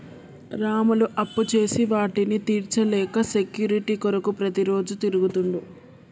రాములు అప్పుచేసి వాటిని తీర్చలేక సెక్యూరిటీ కొరకు ప్రతిరోజు తిరుగుతుండు